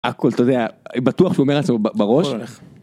הכל אתה יודע, בטוח שהוא אומר לעצמו בראש.